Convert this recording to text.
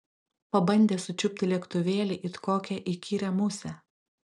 pabandė sučiupti lėktuvėlį it kokią įkyrią musę